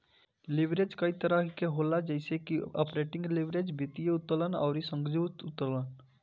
leverage कई तरही के होला जइसे की आपरेटिंग लीवरेज, वित्तीय उत्तोलन अउरी संयुक्त उत्तोलन